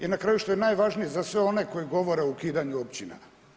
I na kraju što je najvažnije za sve one koji govore o ukidanju općina.